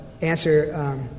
answer